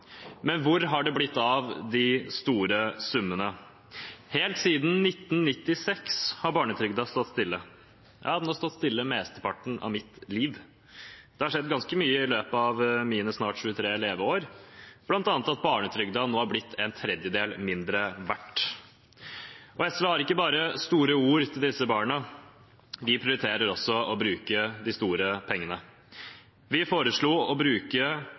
men hvor har det blitt av de store summene? Helt siden 1996 har barnetrygden stått stille. Den har stått stille mesteparten av mitt liv. Det har skjedd ganske mye i løpet av mine snart 23 leveår, bl.a. at barnetrygden nå har blitt en tredjedel mindre verdt. SV har ikke bare store ord til disse barna. Vi prioriterer også å bruke de store pengene. Vi foreslo å bruke